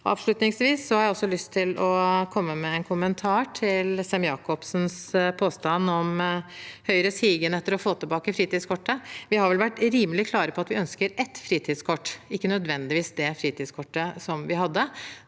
Avslutningsvis har jeg lyst til å komme med en kommentar til representanten Sem-Jacobsens påstand om Høyres higen etter å få tilbake fritidskortet. Vi har vel vært rimelig klare på at vi ønsker et fritidskort, men ikke nødvendigvis det fritidskortet vi hadde.